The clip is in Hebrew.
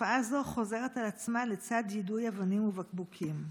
תופעה זו חוזרת על עצמה לצד יידוי אבנים ובקבוקים.